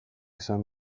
esan